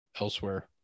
elsewhere